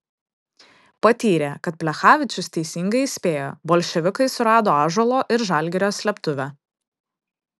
patyrė kad plechavičius teisingai įspėjo bolševikai surado ąžuolo ir žalgirio slėptuvę